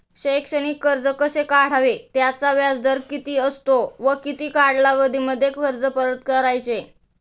शैक्षणिक कर्ज कसे काढावे? त्याचा व्याजदर किती असतो व किती कालावधीमध्ये कर्ज परत करायचे?